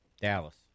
Dallas